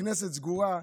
הכנסת סגורה,